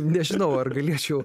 nežinau ar galėčiau